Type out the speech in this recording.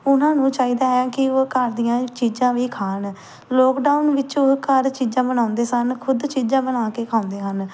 ਉਹਨਾਂ ਨੂੰ ਚਾਹੀਦਾ ਹੈ ਕਿ ਉਹ ਘਰ ਦੀਆਂ ਚੀਜ਼ਾਂ ਵੀ ਖਾਣ ਲੋਕਡਾਊਨ ਵਿੱਚ ਉਹ ਘਰ ਚੀਜ਼ਾਂ ਬਣਾਉਂਦੇ ਸਨ ਖੁਦ ਚੀਜ਼ਾਂ ਬਣਾ ਕੇ ਖਾਂਦੇ ਹਨ